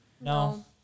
No